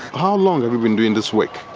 how long have you been doing this work?